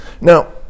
Now